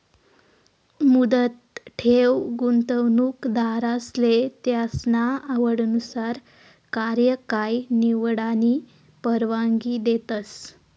मुदत ठेव गुंतवणूकदारसले त्यासना आवडनुसार कार्यकाय निवडानी परवानगी देतस